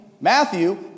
Matthew